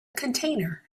container